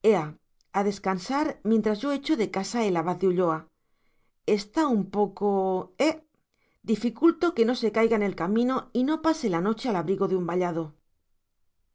ea descansar mientras yo echo de casa al abad de ulloa está un poco eh dificulto que no se caiga en el camino y no pase la noche al abrigo de un vallado